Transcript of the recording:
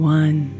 one